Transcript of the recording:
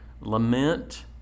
Lament